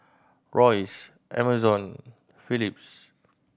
Royce Amazon Philips